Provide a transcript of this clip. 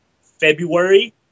february